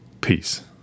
Peace